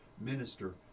minister